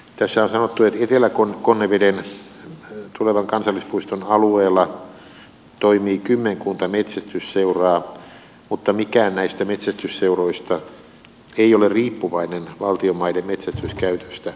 tässä on sanottu että etelä konneveden tulevan kansallispuiston alueella toimii kymmenkunta metsästysseuraa mutta mikään näistä metsästysseuroista ei ole riippuvainen valtion maiden metsästyskäytöstä